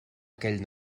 aquell